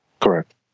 Correct